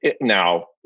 now